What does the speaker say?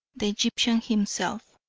the egyptian himself.